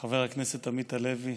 חבר הכנסת עמית הלוי,